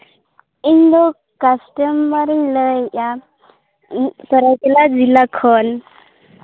ᱤᱧᱫᱚ ᱠᱟᱥᱴᱚᱢᱟᱨ ᱤᱧ ᱞᱟᱹᱭᱮᱜᱼᱟ ᱥᱟᱹᱨᱟᱹᱭᱠᱮᱞᱟ ᱡᱮᱞᱟ ᱠᱷᱚᱱ